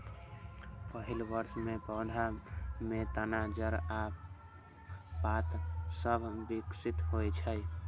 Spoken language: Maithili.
पहिल वर्ष मे पौधा मे तना, जड़ आ पात सभ विकसित होइ छै